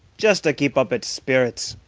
just to keep up its spirits,